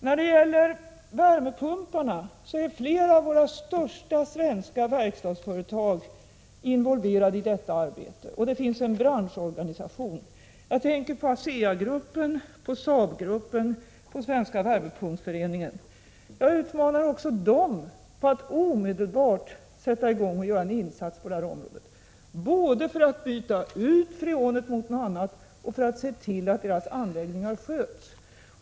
När det gäller värmepumpar är flera av våra största svenska verkstadsföretag involverade, och det finns även en branschorganisation. Jag tänker på ASEA-gruppen, Saabgruppen och Svenska värmepumpsföreningen. Jag utmanar också dem att omedelbart sätta i gång och göra en insats, både för att byta ut freonet mot något annat och för att se till att deras anläggningar sköts.